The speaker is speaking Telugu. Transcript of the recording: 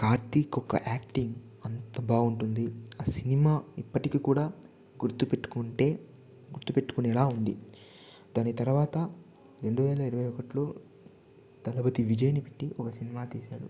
కార్తీక్ ఒక్క యాక్టింగ్ అంత బాగుంటుంది ఆ సినిమా ఇప్పటికి కూడా గుర్తు పెట్టుకుంటే గుర్తుపెట్టుకునేలా ఉంది దాని తర్వాత రెండువేల ఇరవైఒకటిలో దళపతి విజయ్ని పెట్టి ఒక సినిమా తీశాడు